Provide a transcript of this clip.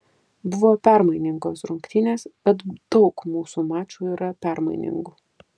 buvo permainingos rungtynės bet daug mūsų mačų yra permainingų